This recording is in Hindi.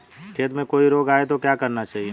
खेत में कोई रोग आये तो क्या करना चाहिए?